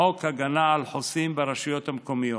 חוק הגנה על חוסים ברשויות המקומיות.